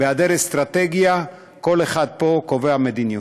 בהיעדר אסטרטגיה, כל אחד פה קובע מדיניות.